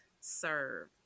serve